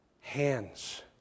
hands